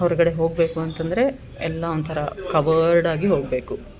ಹೊರಗಡೆ ಹೋಗಬೇಕು ಅಂತಂದರೆ ಎಲ್ಲ ಒಂಥರ ಕವರ್ಡ್ ಆಗಿ ಹೋಗಬೇಕು